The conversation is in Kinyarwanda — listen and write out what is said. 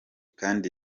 kandi